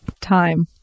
Time